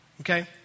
Okay